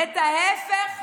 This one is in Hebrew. את ההפך הגמור.